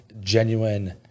genuine